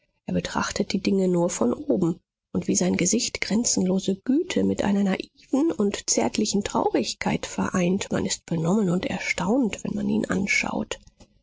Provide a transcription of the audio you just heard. er betrachtet die dinge nur von oben und wie sein gesicht grenzenlose güte mit einer naiven und zärtlichen traurigkeit vereint man ist benommen und erstaunt wenn man ihn anschaut